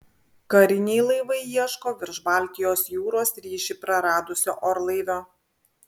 kariniai laivai ieško virš baltijos jūros ryšį praradusio orlaivio